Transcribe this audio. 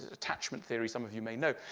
attachment theory, some of you may know.